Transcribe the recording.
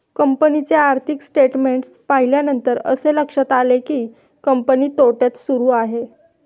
कंपनीचे आर्थिक स्टेटमेंट्स पाहिल्यानंतर असे लक्षात आले की, कंपनी तोट्यात सुरू आहे